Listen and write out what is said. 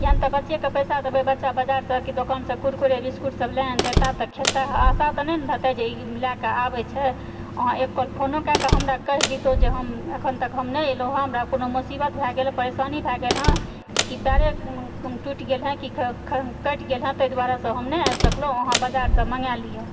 या नहि तऽ बच्चेकऽ पैसा देबय बच्चा बजारसँ कि दोकानसँ कुरकुरे बिस्कुटसभ लए आनतय ता तऽ खेतय आशा तऽ नहि न रहतै जे ई लएकऽ आबैत छै अहाँ एक कॉल फोनो कएकऽ हमरा कहि दैतहुँ जे हम अखन तक हम नहि एलहुँ हँ हमरा कोनो मुसीबत भए गेल परेशानी भए गेल हँ कि पयरे टूटि गेल हँ कि कटि गेल हँ ताहि दुआरेसँ हम नहि आबि सकलहुँ अहाँ बजारसँ मँगा लिअ